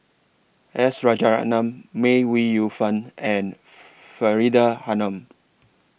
S Rajaratnam May Ooi Yu Fen and Faridah Hanum